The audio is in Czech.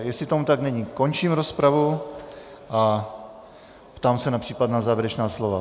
Jestli tomu tak není, končím rozpravu a ptám se na případná závěrečná slova.